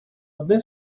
одне